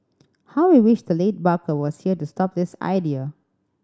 how we wish the late Barker was here to stop this idea